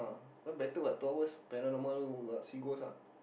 one better what two hours paranormal what see ghost ah